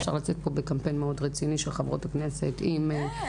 אפשר לצאת בקמפיין מאוד רציני של חברות הכנסת עם ארגוני הנשים.